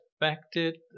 affected